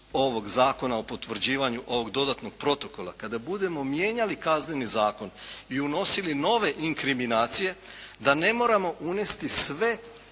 zakona o potvrđivanju ovog dodatnog protokola, kada budemo mijenjali Kazneni zakon i unosili nove inkriminacije da ne moramo unesti sve